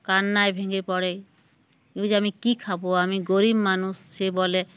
কান্নায় ভেঙে পড়ে এই যে আমি কী খাবো আমি গরিব মানুষ সে বলে